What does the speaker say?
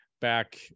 back